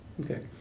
Okay